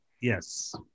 yes